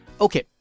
Okay